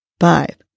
five